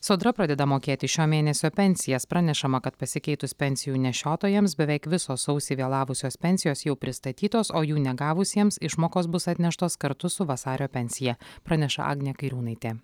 sodra pradeda mokėti šio mėnesio pensijas pranešama kad pasikeitus pensijų nešiotojams beveik visos sausį vėlavusios pensijos jau pristatytos o jų negavusiems išmokos bus atneštos kartu su vasario pensija praneša agnė kairiūnaitė